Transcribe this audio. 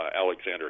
Alexander